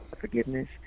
forgiveness